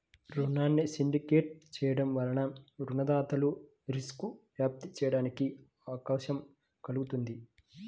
రుణాన్ని సిండికేట్ చేయడం వలన రుణదాతలు రిస్క్ను వ్యాప్తి చేయడానికి అవకాశం కల్గుతుంది